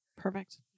Perfect